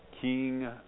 king